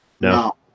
No